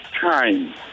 time